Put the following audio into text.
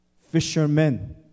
fishermen